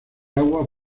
aguas